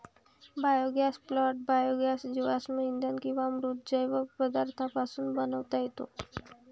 गोबर gas plant biogas जीवाश्म इंधन किंवा मृत जैव पदार्थांपासून बनवता येतो